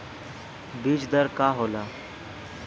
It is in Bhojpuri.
बीज दर का होला?